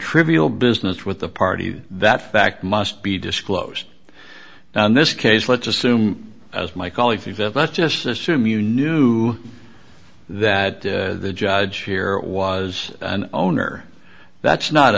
trivial business with the party that fact must be disclosed now in this case let's assume as my colleague let's just assume you knew that the judge here was an owner that's not